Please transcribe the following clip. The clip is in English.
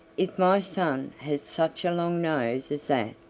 if my son has such a long nose as that,